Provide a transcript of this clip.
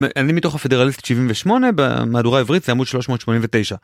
אני מתוך הפדרליסט 78 והמהדורה העברית זה עמוד 389.